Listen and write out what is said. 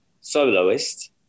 soloist